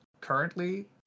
currently